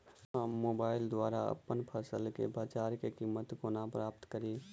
हम मोबाइल द्वारा अप्पन फसल केँ बजार कीमत कोना प्राप्त कड़ी?